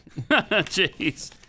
Jeez